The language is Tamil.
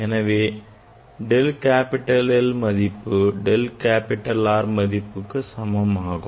எனவே del capital L மதிப்பு del capital R மதிப்புக்கு சமமாகும்